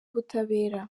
ubutabera